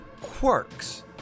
quirks